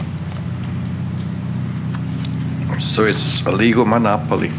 r so it's a legal monopoly